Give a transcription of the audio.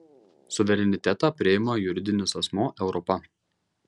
suverenitetą priima juridinis asmuo europa